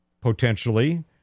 potentially